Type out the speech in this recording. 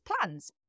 plans